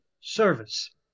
service